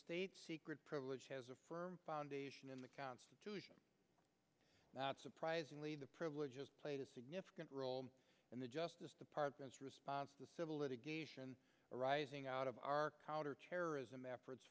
state secrets privilege has a firm foundation in the constitution not surprisingly the privilege played a significant role in the justice department's response to the civil litigation arising out of our counterterrorism efforts